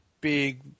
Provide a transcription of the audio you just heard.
big